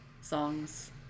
songs